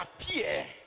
appear